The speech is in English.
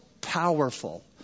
powerful